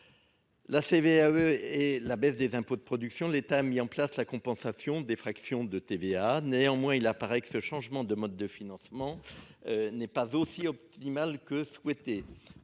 La CVAE et la baisse des impôts de production de l'État a mis en place la compensation des fraction de TVA. Néanmoins, il apparaît que ce changement de mode de financement. N'est pas aussi optimale que souhaité.